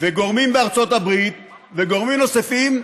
וגורמים בארצות הברית וגורמים נוספים,